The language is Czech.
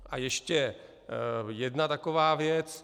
A ještě jedna taková věc.